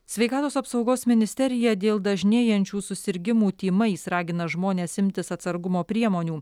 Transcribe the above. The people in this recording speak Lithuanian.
sveikatos apsaugos ministerija dėl dažnėjančių susirgimų tymais ragina žmones imtis atsargumo priemonių